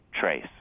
trace